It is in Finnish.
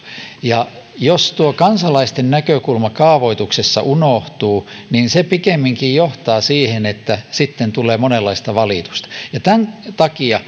jos tuo kansalaisten näkökulma kaavoituksessa unohtuu niin se pikemminkin johtaa siihen että sitten tulee monenlaista valitusta tämän takia